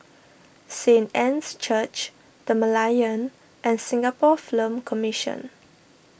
Saint Anne's Church the Merlion and Singapore Film Commission